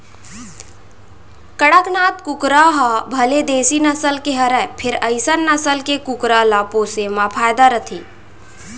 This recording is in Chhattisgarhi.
कड़कनाथ कुकरा ह भले देसी नसल के हरय फेर अइसन नसल के कुकरा ल पोसे म फायदा रथे